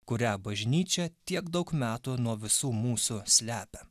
kurią bažnyčia tiek daug metų nuo visų mūsų slepia